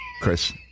Chris